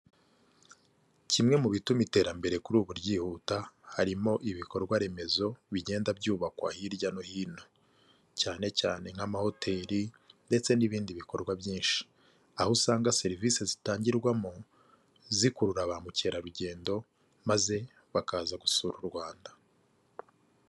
Kimwe mu bituma iterambere kuri ubu ryihuta harimo ibikorwaremezo bigenda byubakwa hirya no hino cyane cyane nk'amahoteli ndetse n'ibindi bikorwa byinshi aho usanga serivisi zitangirwamo zikurura ba mukerarugendo maze bakaza gusura u rwanda.